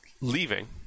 Leaving